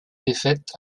défaite